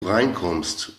reinkommst